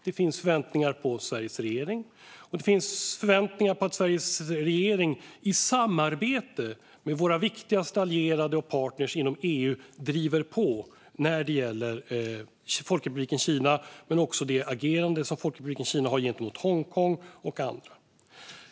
Det finns förväntningar på Sveriges regering och på att Sveriges regering i samarbete med våra viktigaste allierade och partner inom EU ska driva på när det gäller Folkrepubliken Kina men också Folkrepubliken Kinas agerande gentemot Hongkong och andra.